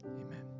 Amen